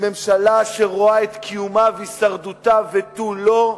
היא ממשלה שרואה את קיומה והישרדותה ותו לא.